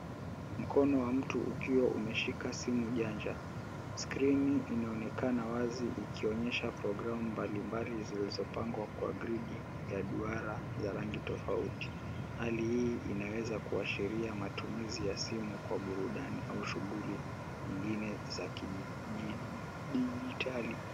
Mkono wa mtu ukiwa umeshika simu janja, skrini inaonekana wazi ikionyesha program mbalimbali zilizopangwa kwa grini ya duara za rangi tofauti, hali hii inaweza kuashiria matumizi ya simu kwa burudani ama shughuli zingine za kidijitali.